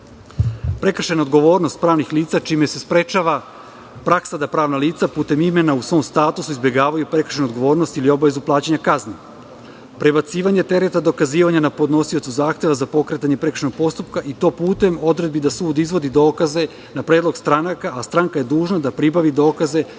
prekršajna odgovornost pravnih lica, čime se sprečava praksa da pravna lica putem imena u svom statusu izbegavaju prekršajnu odgovornost ili obavezu plaćanja kazni; prebacivanje tereta dokazivanja na podnosioca zahteva za pokretanje prekršajnog postupka i to putem odredbi da sud izvodi dokaze na predlog stranaka, a stranka je dužna da pribavi dokaze